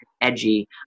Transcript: edgy